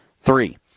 Three